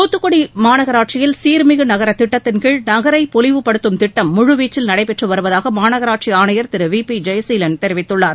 தூத்தக்குடி மாநகராட்சியில் சீர்மிகு நகர திட்டத்தின் கீழ் நகரை பொலிவுபடுத்தும் திட்டம் முழுவீச்சில் நடைபெற்று வருவதாக மாநகராட்சி ஆணையர் திரு வி பி ஜெயசீலன் தெரிவித்துள்ளார்